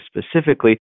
specifically